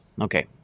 Okay